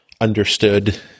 understood